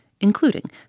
including